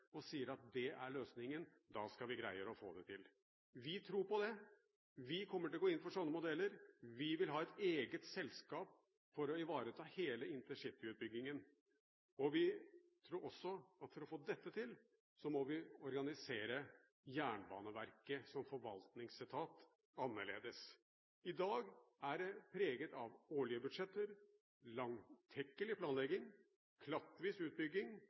og sier at dette er løsningen, vi greier å få det til. Vi tror på dette. Vi kommer til å gå inn for slike modeller. Vi vil ha et eget selskap for å ivareta hele intercityutbyggingen. Vi tror også at for å få dette til, må vi organisere Jernbaneverket som forvaltningsetat annerledes. I dag er det preget av årlige budsjetter, langtekkelig planlegging og klattvis utbygging.